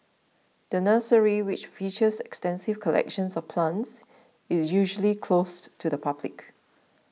the nursery which features extensive collections of plants is usually closed to the public